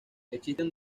existen